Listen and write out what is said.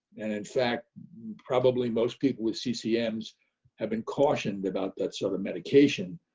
and in fact probably most people with ccms have been cautioned about that sort of medication.